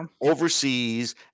overseas